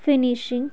finishing